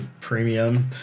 premium